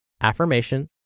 affirmation